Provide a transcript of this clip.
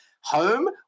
home